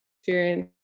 experience